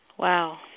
Wow